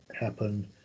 happen